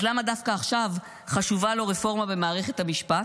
אז למה דווקא עכשיו חשובה לו רפורמה במערכת המשפט?